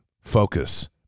focus